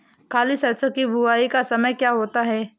काली सरसो की बुवाई का समय क्या होता है?